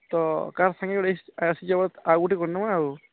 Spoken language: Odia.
ତ କାହା ସାଙ୍ଗେ ଆସିଯାଅ ଆଉ ଗୋଟେ କରିନବା ଆଉ